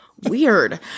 weird